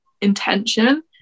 intention